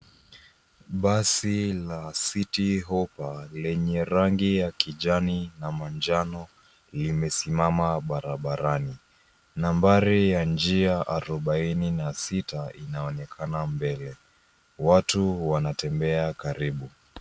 Basi la citi hoppa lenye rangi ya kijani na manjano limesimama barabarani. Nambari ya njia arobaini na sita inaonekana mbele. Watu wanatembea karibu.